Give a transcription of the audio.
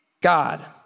God